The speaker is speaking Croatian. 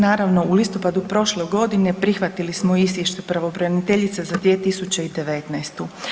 Naravno u listopadu prošle godine prihvatili smo izvještaj pravobraniteljice za 2019.